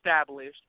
established